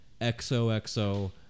XOXO